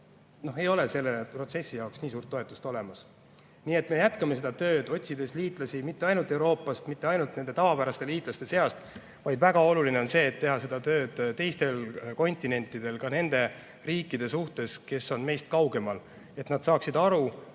Ei ole sellele protsessile nii suurt toetust olemas. Nii et me jätkame seda tööd, otsides liitlasi mitte ainult Euroopast, mitte ainult tavapäraste liitlaste seast, vaid väga oluline on teha seda tööd ka teistel kontinentidel, ka nende riikide puhul, kes on meist kaugemal, et nad saaksid aru,